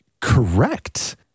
Correct